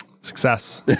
Success